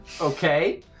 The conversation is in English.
Okay